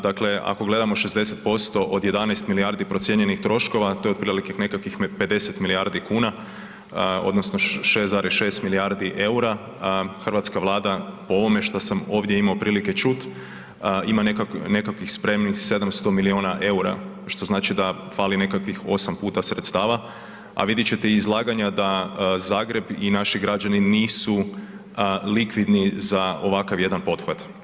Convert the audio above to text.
Dakle, ako gledamo 60% od 11 milijardi procijenjenih troškova to je otprilike nekakvih 50 milijardi kuna odnosno 6,6 milijardi EUR-a, Hrvatska vlada po ovome što sam ovdje imao prilike čuti ima nekakvih spremnih 700 miliona EUR-a što znači da fali nekakvih 8 puta sredstava, a vidjet ćete i iz izlaganja da Zagreb i naši građani nisu likvidni za ovakav jedan pothvat.